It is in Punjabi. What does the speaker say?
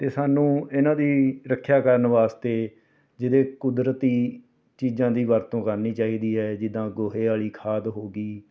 ਅਤੇ ਸਾਨੂੰ ਇਨ੍ਹਾਂ ਦੀ ਰੱਖਿਆ ਕਰਨ ਵਾਸਤੇ ਜਿਹਦੇ ਕੁਦਰਤੀ ਚੀਜ਼ਾਂ ਦੀ ਵਰਤੋਂ ਕਰਨੀ ਚਾਹੀਦੀ ਹੈ ਜਿੱਦਾਂ ਗੋਹੇ ਵਾਲੀ ਖਾਦ ਹੋ ਗਈ